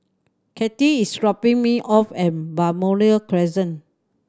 Cathi is dropping me off at Balmoral Crescent